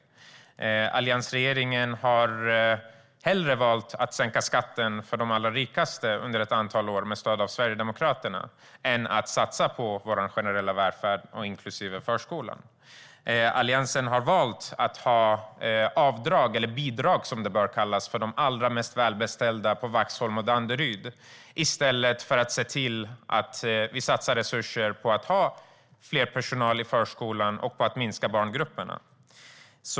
Alliansregeringen har hellre valt att sänka skatten för de allra rikaste under ett antal år med stöd av Sverigedemokraterna än att satsa på vår generella välfärd inklusive förskolan. Alliansen har valt att ha avdrag, eller bidrag som det bör kallas, för de allra mest välbeställda i Vaxholm och Danderyd i stället för att se till att det satsas resurser på att ha mer personal i förskolan och på att minska barngrupperna.